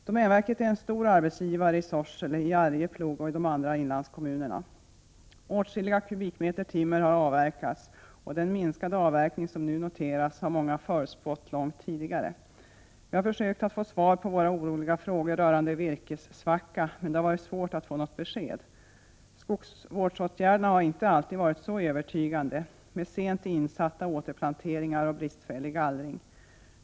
Domänverket är en stor arbetsgivare i Sorsele, i Arjeplog och i de andra inlandskommunerna. Åtskilliga kubikmeter timmer har avverkats, och den minskade avverkning som nu noteras har många förutspått långt tidigare. Vi har försökt att få svar på våra oroliga frågor rörande virkessvacka, men det har varit svårt att få något besked. Skogsvårdsåtgärderna har inte alltid varit så övertygande, med sent insatta återplanteringar och bristfällig gallring.